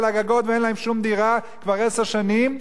הגגות ואין להם שום דירה כבר עשר שנים.